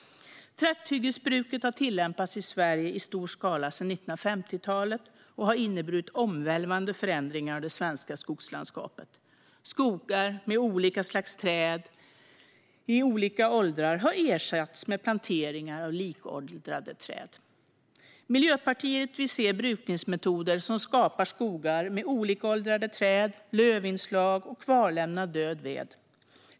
Trakthyggesbruk har tillämpats i Sverige i stor skala sedan 1950-talet och har inneburit omvälvande förändringar av det svenska skogslandskapet. Skogar med olika slags träd i olika åldrar har ersatts med planteringar av likåldrade träd. Miljöpartiet vill se brukningsmetoder som skapar skogar med olikåldrade träd, lövinslag och kvarlämnad död ved.